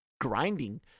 grinding